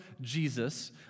Jesus